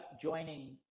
joining